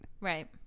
right